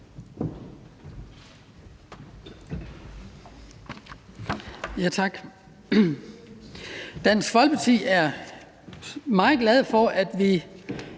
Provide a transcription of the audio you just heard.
Dansk Folkeparti er meget glad for, at vi